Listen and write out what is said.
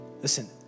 Listen